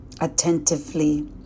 attentively